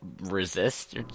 resist